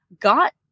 got